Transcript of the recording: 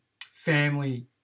family